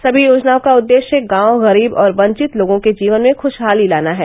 सभी योजनाओं का उददेष्य गांव गरीब और वंचित लोगों के जीवन में ख्रषहाली लाना है